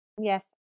Yes